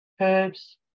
herbs